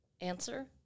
answer